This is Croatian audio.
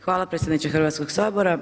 Hvala predsjedniče Hrvatskog sabora.